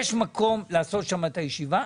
היא שיש מקום לעשות שם את הישיבה,